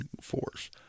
force